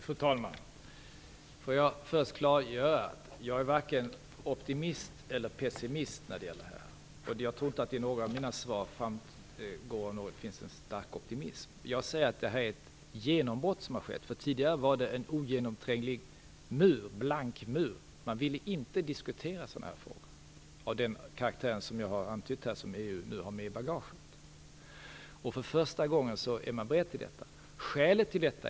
Fru talman! Jag vill först klargöra: Jag är varken optimist eller pessimist när det gäller den här frågan. Jag tror inte att det i något av mina inlägg framgår något som säger att jag är starkt optimistisk. Vad jag säger är att det har skett ett genombrott. Tidigare var det en ogenomtränglig, blank mur. Man ville inte diskutera frågor av den karaktär som jag har antytt och som EU nu har med i bagaget. För första gången är man beredd att diskutera detta.